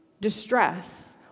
Distress